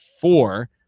four